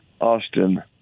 Austin